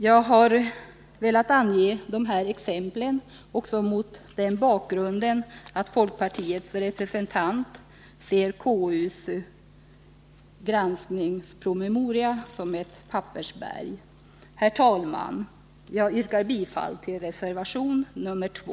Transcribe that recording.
Jag har velat ge dessa exempel också mot den bakgrunden att folkpartiets representant ser konstitutionsutskottets granskningspromemoria som ett pappersberg. Herr talman! Jag yrkar bifall till reservation 2.